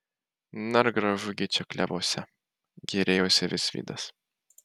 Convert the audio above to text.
na ir gražu gi čia klevuose gėrėjosi visvydas